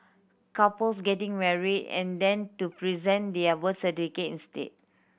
couples getting married and then to present their birth certificates instead